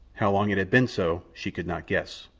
how long it had been so she could not guess.